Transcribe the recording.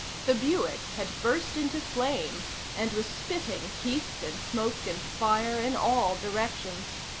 the buick had burst into flame and was spitting heat and smoke and fire in all directions.